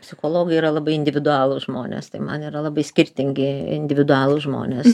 psichologai yra labai individualūs žmonės tai man yra labai skirtingi individualūs žmonės